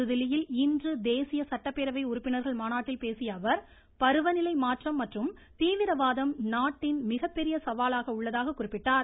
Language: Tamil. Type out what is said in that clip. புதுதில்லியில் இன்று தேசிய சட்டப்பேரவை உறுப்பினர்கள் மாநாட்டில் பேசிய அவர் பருவநிலை மாற்றம் மற்றும் தீவிரவாதம் நாட்டின் மிகப்பெரிய சவாலாக உள்ளதாக குறிப்பிட்டார்